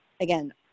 again